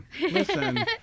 listen